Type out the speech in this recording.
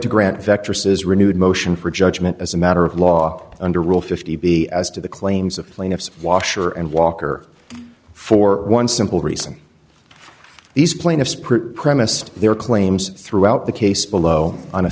is renewed motion for judgment as a matter of law under rule fifty be as to the claims of the plaintiffs washer and walker for one simple reason these plaintiffs prove premised their claims throughout the case below on a